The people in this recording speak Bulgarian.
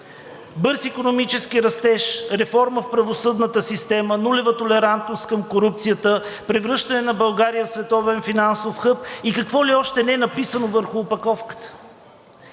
бърз икономически растеж, реформа в правосъдната система, нулева толерантност към корупцията, превръщане на България в световен финансов хъб и какво ли още не, написано върху опаковката.